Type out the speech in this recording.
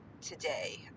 today